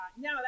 No